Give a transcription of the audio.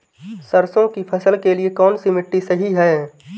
सरसों की फसल के लिए कौनसी मिट्टी सही हैं?